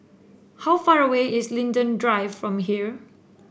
how far away is Linden Drive from here